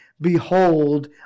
Behold